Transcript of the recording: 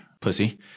pussy